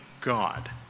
God